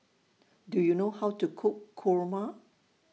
Do YOU know How to Cook Kurma